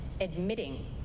admitting